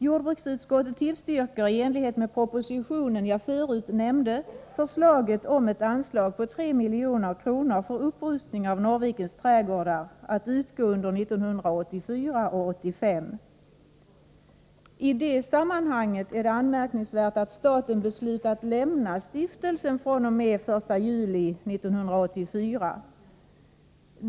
Jordbruksutskottet tillstyrker i enlighet med den nämnda propositionen förslaget om ett anslag på 3 milj.kr. för upprustning av Norrvikens trädgårdar, och anslaget skall utgå under 1984 och 1985. I det sammanhanget är det anmärkningsvärt, att staten har beslutat att lämna stiftelsen fr.o.m. den 1 juli 1984.